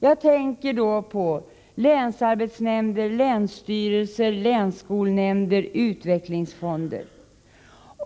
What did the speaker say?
Jag tänker då på länsarbetsnämnder, länsstyrelser, länsskolnämnder och utvecklingsfonder.